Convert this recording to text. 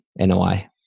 NOI